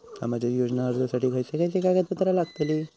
सामाजिक योजना अर्जासाठी खयचे खयचे कागदपत्रा लागतली?